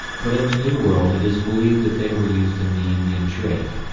but in the new world it is believed that they were used in the indian trade.